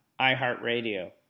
iHeartRadio